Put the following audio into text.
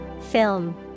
Film